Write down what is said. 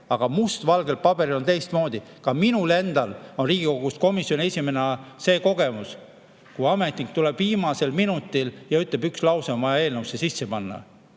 aga must valgel paberi peal on teistmoodi. Ka minul endal on Riigikogust komisjoni esimehena see kogemus, kui ametnik tuleb viimasel minutil ja ütleb: üks lause on vaja eelnõusse sisse panna.